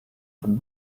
von